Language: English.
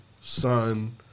son